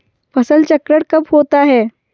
फसल चक्रण कब होता है?